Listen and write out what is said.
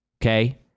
Okay